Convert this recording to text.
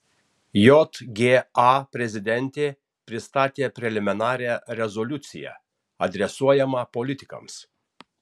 jga prezidentė pristatė preliminarią rezoliuciją adresuojamą politikams